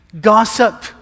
gossip